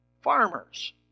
farmers